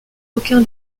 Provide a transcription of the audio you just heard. aucun